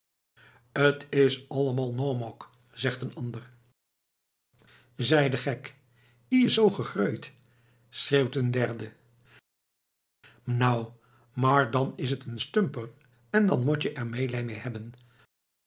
t is allemoal noamoak zegt een ander zij de gek ie is zoo gegreuid schreeuwt een derde nou maar dan is t en stumper dan mot je er meêlije mee hebben